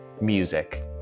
music